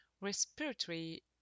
respiratory